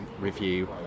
review